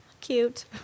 Cute